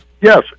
Yes